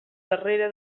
darrere